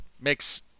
makes